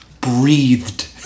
breathed